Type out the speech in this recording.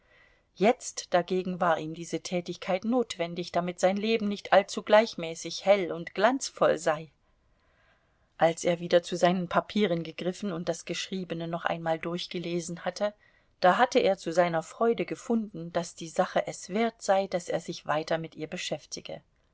jetzt dagegen war ihm diese tätigkeit notwendig damit sein leben nicht allzu gleichmäßig hell und glanzvoll sei als er wieder zu seinen papieren gegriffen und das geschriebene noch einmal durchgelesen hatte da hatte er zu seiner freude gefunden daß die sache es wert sei daß er sich weiter mit ihr beschäftige